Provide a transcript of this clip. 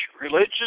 religious